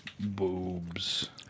Boobs